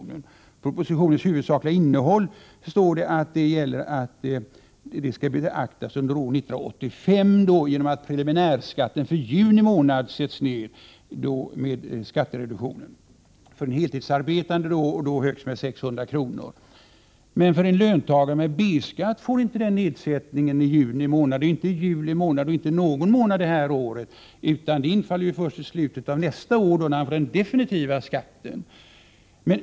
Under rubriken Propositionens huvudsakliga innehåll står det att skattereduktionen skall beaktas under år 1985 genom att preliminärskatten för juni månad sätts ned. Skattereduktionen skulle då för en heltidsarbetande bli högst 600 kr. En löntagare med B-skatt får emellertid inte den nedsättningen i juni månad, inte heller i juli månad eller någon annan månad det här året. Reduktionen kommer först i slutet av nästa år, när den definitiva skatten har blivit fastställd.